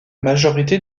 majorité